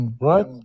Right